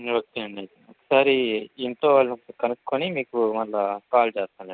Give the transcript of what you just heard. okay అండి అయితే ఒకసారి ఇంట్లో వాళ్ళని ఒకసారి కొనుక్కుని మీకు మరలా కాల్ చేస్తానులే అండి